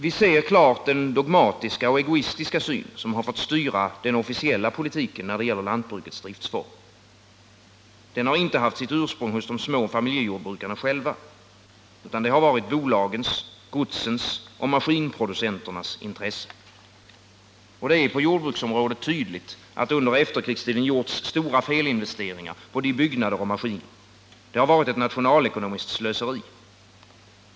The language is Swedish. Vi ser klart den dogmatiska och egoistiska syn som fått styra den officiella politiken när det gäller lantbrukets driftsformer. Den har inte haft sitt ursprung hos de små familjejordbrukarna själva. Den har varit i bolagens, godsens och maskinproducenternas intresse. På jordbrukets område är det tydligt, att det under efterkrigstiden gjorts stora felinvesteringar både i byggnader och maskiner. Det har varit ett nationalekonomiskt slöseri.